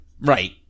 Right